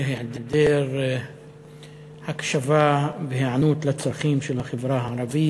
על היעדר הקשבה והיענות לצרכים של החברה הערבית,